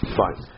fine